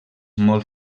molt